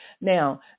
Now